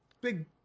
big